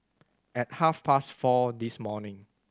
at half past four this morning